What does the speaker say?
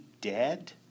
dead